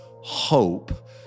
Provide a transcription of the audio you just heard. hope